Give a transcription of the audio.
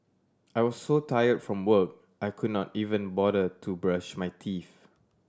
I was so tired from work I could not even bother to brush my teeth